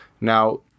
Now